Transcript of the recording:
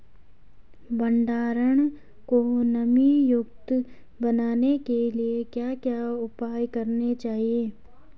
भंडारण को नमी युक्त बनाने के लिए क्या क्या उपाय करने चाहिए?